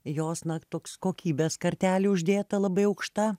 jos na toks kokybės kartelė uždėta labai aukšta